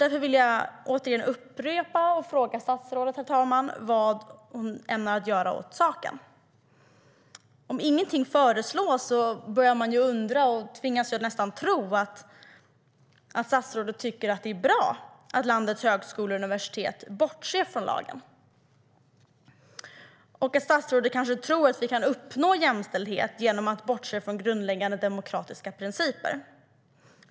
Därför, herr talman, vill jag åter fråga statsrådet vad hon ämnar göra åt saken. Om ingenting föreslås börjar man ju undra, och jag tvingas nästan tro att statsrådet tycker att det är bra att landets högskolor och universitet bortser från lagen och att statsrådet tror att vi kan uppnå jämställdhet genom att bortse från grundläggande demokratiska principer.